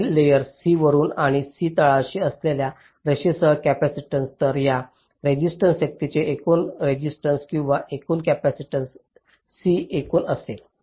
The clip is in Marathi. वरील लेयर्स C वरुन आणि C तळाशी असलेल्या रेषेसह कॅपेसिटन्स तर या रेसिस्टन्स शक्तीचे एकूण रेसिस्टन्स किंवा एकूण कॅपेसिटन्स Cएकूण असेल